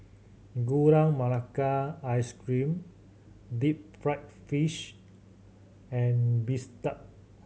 Gula Melaka Ice Cream deep fried fish and bistake